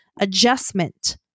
adjustment